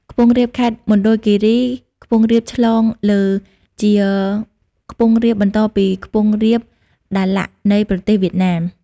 ខ្ពង់រាបខេត្តមណ្ឌលគីរី ខ្ពង់រាបឆ្លងលើ ជាខ្ពង់រាបបន្តពីខ្ពង់រាប ដាឡាក់ នៃប្រទេសវៀតណាម ។